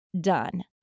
done